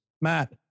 Matt